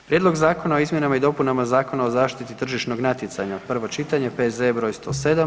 Prijedlog Zakona o izmjenama i dopunama Zakona o zaštiti tržišnog natjecanja, prvo čitanje, P.Z.E. broj 107.